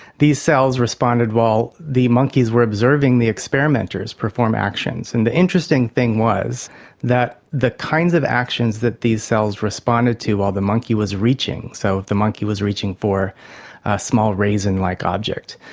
these cells responded while the monkeys were observing the experimenters perform actions. and the interesting thing was that the kinds of actions that these cells responded to while the monkey was reaching, so if the monkey was reaching for a small raisin-like object,